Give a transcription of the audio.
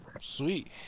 Sweet